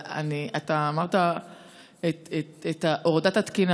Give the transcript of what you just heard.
אבל אתה דיברת בעניין הורדת התקינה.